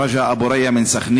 רג'א אבו ריא מסח'נין,